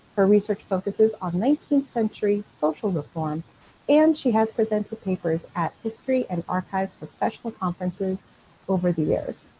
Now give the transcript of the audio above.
her research focuses on nineteenth century social reform and she has presented papers at history and archives professional conferences over the years.